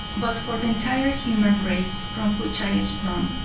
but for the entire human race from which i sprung.